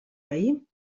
veí